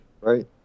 Right